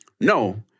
No